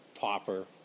Popper